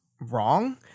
wrong